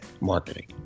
marketing